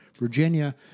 Virginia